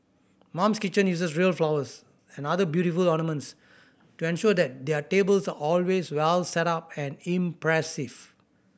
Mum's Kitchen uses real flowers and other beautiful ornaments to ensure that their tables always well setup and impressive